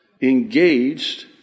engaged